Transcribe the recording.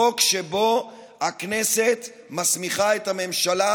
חוק שבו הכנסת מסמיכה את הממשלה,